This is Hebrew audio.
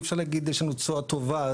אי-אפשר להגיד: יש לנו תשואה טובה.